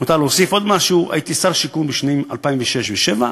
מותר להוסיף עוד משהו: הייתי שר השיכון בשנים 2006 2007,